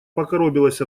покоробилась